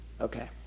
Okay